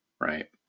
right